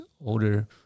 older